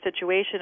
situation